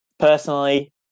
Personally